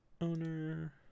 Owner